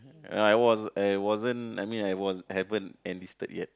ya I was I wasn't I mean I was haven't enlisted yet